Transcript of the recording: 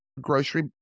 grocery